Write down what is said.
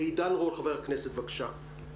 חבר הכנסת עידן רול, בבקשה.